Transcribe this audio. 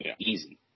Easy